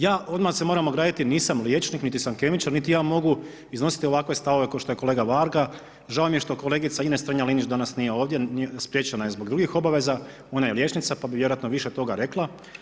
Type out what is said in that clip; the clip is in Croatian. Ja odmah se moram ograditi, nisam liječnik, niti sam kemičar, niti ja mogu iznositi ovakve stavove, kao što je kolega Varga, žao mi je što kolegica Ines Strenja Linić, danas nije ovdje, spriječena je zbog drugih obaveza, ona je liječnica, pa bi vjerojatno više toga rekla.